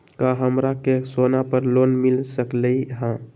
का हमरा के सोना पर लोन मिल सकलई ह?